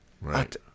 Right